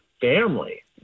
family